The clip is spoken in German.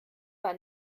war